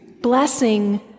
Blessing